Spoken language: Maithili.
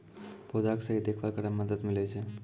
पौधा के सही देखभाल करै म मदद मिलै छै